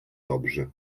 dobrzy